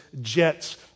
jets